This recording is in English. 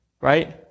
right